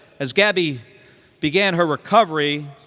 as gabby began her recovery,